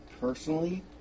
personally